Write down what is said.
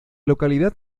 localidad